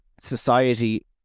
society